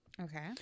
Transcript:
Okay